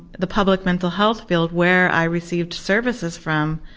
the public mental health field where i received services from,